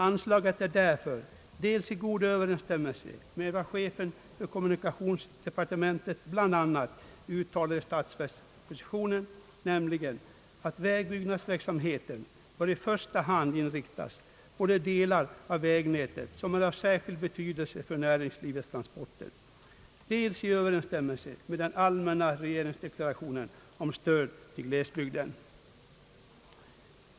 Anslaget är därför dels i god överensstämmelse med vad chefen för kommunikationsdepartementet bl.a. uttalar i statsverkspropositionen, nämligen att »vägbyggnadsverksamheten bör i första hand inriktas på de delar av vägnätet, som är av särskild betydelse för näringslivets transporter», dels i överensstämmelse med den allmänna regeringsdeklarationen om stöd till glesbygden.